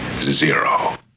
zero